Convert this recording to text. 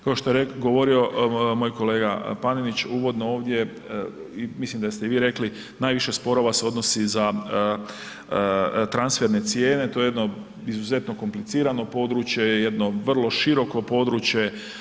Kao što je govorio moj kolega Panenić uvodno ovdje, mislim da ste i vi rekli najviše sporova se odnosi za transferne cijene, to je jedno izuzetno komplicirano područje, jedno vrlo široko područje.